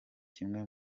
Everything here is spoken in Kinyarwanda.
kimwe